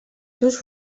seus